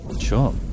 Sure